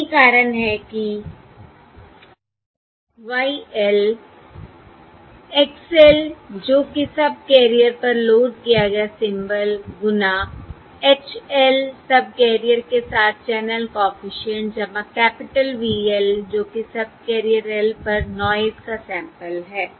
यही कारण है कि Y l X l जो कि सबकैरियर पर लोड किया गया सिंबल गुना H l सबकैरियर के साथ channel coefficient capital V l जो कि सबकैरियर l पर नॉयस का सैंपल है